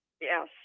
Yes